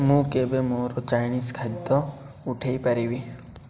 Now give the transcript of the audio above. ମୁଁ କେବେ ମୋର ଚାଇନିଜ୍ ଖାଦ୍ୟ ଉଠେଇପାରିବି